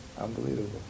Unbelievable